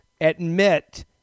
admit